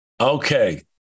Okay